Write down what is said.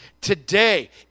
Today